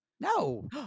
No